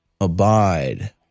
abide